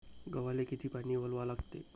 गव्हाले किती पानी वलवा लागते?